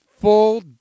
full